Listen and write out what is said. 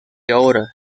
ahora